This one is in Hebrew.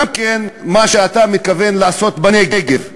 גם מה שאתה מתכוון לעשות בנגב,